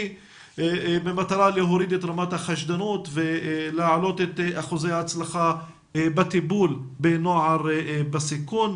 במטרה להוריד את רמת החשדנות ולהעלות את אחוזי ההצלחה בטיפול בנוער בסיכון.